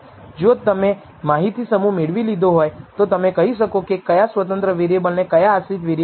જો તમે માહિતી સમૂહ મેળવી લીધો હોય તો તમે કહી શકો છો કે ક્યા સ્વતંત્ર વેરિએબલ અને ક્યા આશ્રિત વેરિએબલ છે